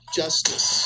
justice